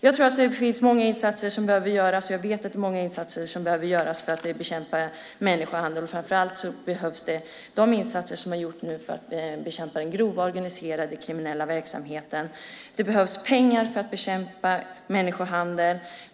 Jag tror och vet att många insatser behöver göras för att bekämpa människohandel. Det handlar om de insatser som nu har gjorts för att bekämpa den grova organiserade kriminella verksamheten. Det behövs pengar för att bekämpa människohandel.